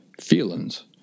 feelings